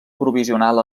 provisional